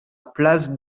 place